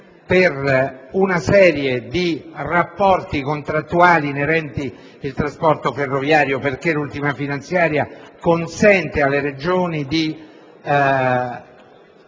per una serie di rapporti contrattuali inerenti al trasporto ferroviario. L'ultima finanziaria consente infatti alle Regioni di